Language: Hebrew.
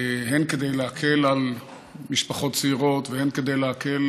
הן כדי להקל על משפחות צעירות והן כדי להקל